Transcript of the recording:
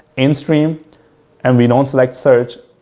in stream and we don't select search,